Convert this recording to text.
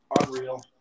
unreal